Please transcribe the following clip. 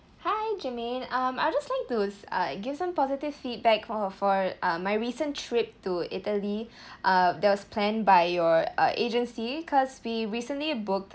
hi germaine um I'd just like to uh give some positive feedback for for uh my recent trip to italy uh that was planned by your uh agency cause we recently booked